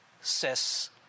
says